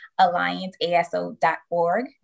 allianceaso.org